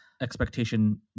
expectation